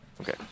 Okay